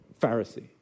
Pharisee